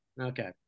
Okay